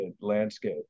landscape